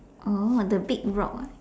orh the big rock ah